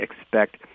expect